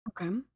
Okay